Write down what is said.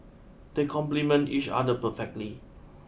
they complement each other perfectly